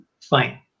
fine